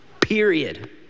period